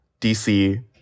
DC